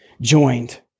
joined